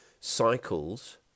cycles